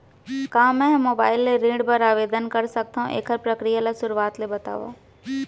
का मैं ह मोबाइल ले ऋण बर आवेदन कर सकथो, एखर प्रक्रिया ला शुरुआत ले बतावव?